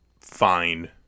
fine